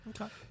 Okay